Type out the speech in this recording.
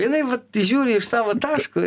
jnai vat žiūri iš savo taško